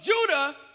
Judah